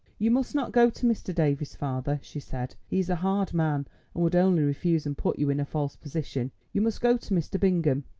you must not go to mr. davies, father, she said he is a hard man, and would only refuse and put you in a false position you must go to mr. bingham.